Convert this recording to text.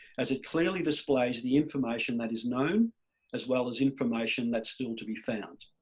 as it clearly displays the information that is known as well as information that's still to be found.